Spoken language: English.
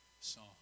song